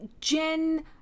Jen